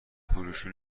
بروشور